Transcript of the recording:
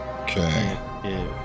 Okay